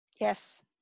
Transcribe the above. Yes